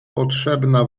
potrzebna